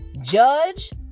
Judge